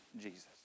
Jesus